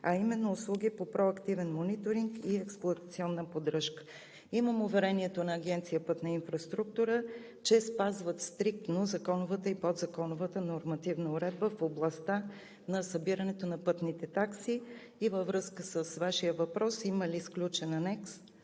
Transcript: а именно услуги по проактивен мониторинг и експлоатационна поддръжка. Имам уверението на Агенция „Пътна инфраструктура“, че спазват стриктно законовата и подзаконовата нормативна уредба в областта на събирането на пътните такси. И във връзка с Вашия въпрос има ли сключен анекс